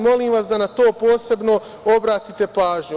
Molim vas da na to posebno obratite pažnju.